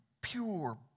pure